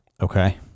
Okay